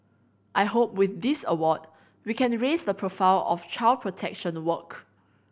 I hope with this award we can raise the profile of child protection work